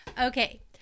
Okay